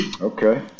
okay